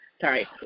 Sorry